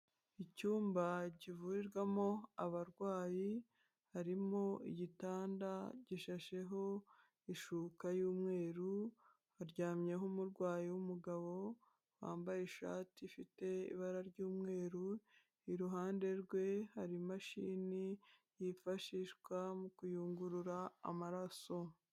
Icyumba kivurirwamo abarwayi harimo igitanda gishasheho ishuka y'umweru haryamyeho umurwayi w'umugabo wambaye ishati ifite ibara ry'umweru, iruhande rwe hari imashini yifashishwa mu kuyungurura amaraso.